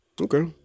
Okay